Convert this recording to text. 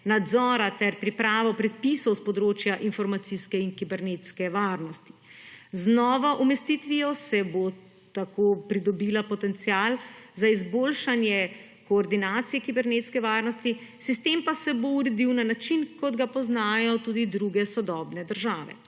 nadzora ter pripravo predpisov s področja informacijske in kibernetske varnosti. Z novo umestitvijo se bo tako pridobila potencial za izboljšanje koordinacije kibernetske varnosti, sistem pa se bo uredil na način, kot ga poznajo tudi druge sodobne države.